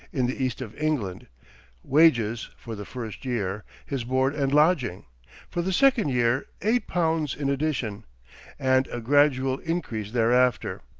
in the east of england wages, for the first year, his board and lodging for the second year, eight pounds in addition and a gradual increase thereafter.